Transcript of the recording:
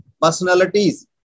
personalities